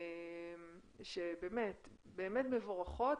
באמת מבורכות,